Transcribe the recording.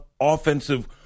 offensive